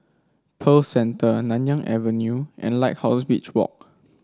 Pearl Centre Nanyang Avenue and Lighthouse Beach Walk